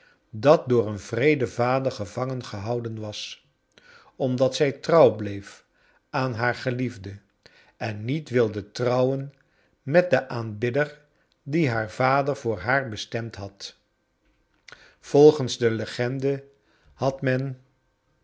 dat door een wreeden vader gevangen gehouden was omdat zij trouw bleef aan haar geliefde en niet wilde trouwen met den aanbidder dien haar vader voor haar bestemd had volgens de legende had men